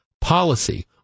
policy